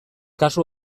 kasu